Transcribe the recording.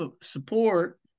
support